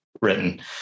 written